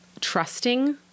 trusting